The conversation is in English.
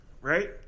Right